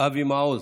אבי מעוז,